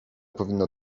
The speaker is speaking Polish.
powinno